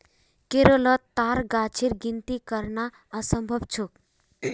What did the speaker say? केरलोत ताड़ गाछेर गिनिती करना असम्भव छोक